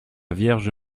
vierge